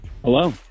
Hello